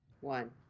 one